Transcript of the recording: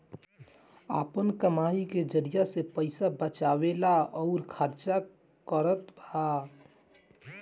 आपन कमाई के जरिआ से पईसा बचावेला अउर खर्चा करतबा